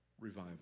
revival